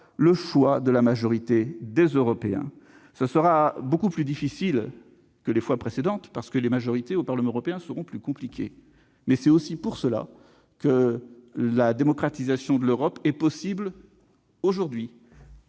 le choix de la majorité des Européens. Très bien dit ! Ce sera beaucoup plus difficile que les fois précédentes, parce que les majorités au Parlement européen seront plus compliquées. Mais c'est aussi pour cela que la démocratisation de l'Europe est possible aujourd'hui,